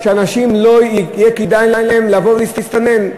שלאנשים לא יהיה כדאי לבוא ולהסתנן.